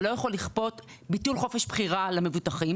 אתה לא יכול לכפות ביטול חופש בחירה למבוטחים,